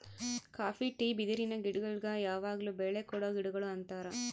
copy tea ಬಿದಿರಿನ ಗಿಡಗುಳ್ನ ಯಾವಗ್ಲು ಬೆಳೆ ಕೊಡೊ ಗಿಡಗುಳು ಅಂತಾರ